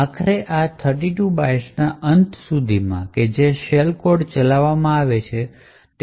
આખરે આ 32 બાઇટ્સના અંત સુધીમાં કે જે શેલ ચલાવવામાં આવે છે તે બનાવવામાં આવશે